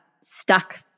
stuck